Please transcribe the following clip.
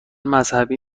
مذهبی